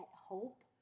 hope